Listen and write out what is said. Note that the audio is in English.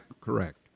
correct